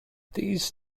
these